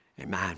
amen